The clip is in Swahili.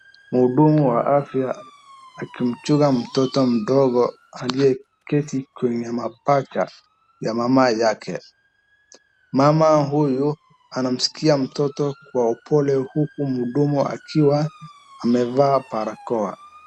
Mhudumu wa afya akimchunga mtoto mdogo aliyeketi kwenye mapacha ya mama yake. Mama huyu anamsikia mtoto kwa upole huku mhudumu akiwa amevaa barakoa.